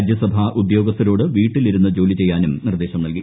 രാജ്യസഭാ ഉദ്യോഗസ്ഥരോട് വീട്ടിലിരുന്നു ജോലി ചെയ്യാനും നിർദേശം നൽകി